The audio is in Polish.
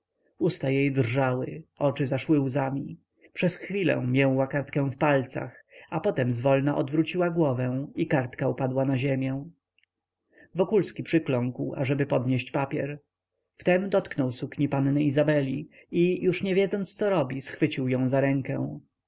usta jej drżały oczy zaszły łzami przez chwilę mięła kartkę w palcach potem zwolna odwróciła głowę i kartka upadła na ziemię wokulski przykląkł ażeby podnieść papier wtem dotknął sukni panny izabeli i już niewiedząc co robi schwycił ją za rękę